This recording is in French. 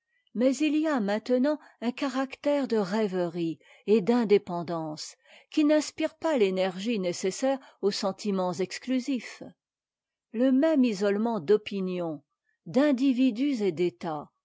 mais elle y a maintenant un caractère de rêverie et d'indépendance qui n'inspire pas l'énergie nécessaire aux sentiments exclusifs le même isolement d'opinions d'individus et d'états